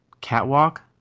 catwalk